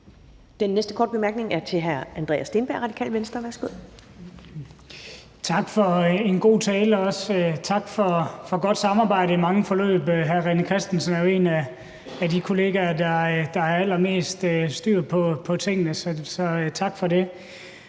Den næste korte bemærkning er til hr. Andreas Steenberg, Radikale Venstre. Værsgo. Kl. 11:13 Andreas Steenberg (RV): Tak for en god tale, og også tak for godt samarbejde i mange forløb. Hr. René Christensen er jo en af de kolleger, der har allermest styr på tingene, så tak for det.